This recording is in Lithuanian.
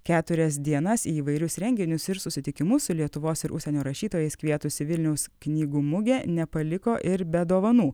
keturias dienas įvairius renginius ir susitikimus su lietuvos ir užsienio rašytojais kvietusi vilniaus knygų mugė nepaliko ir be dovanų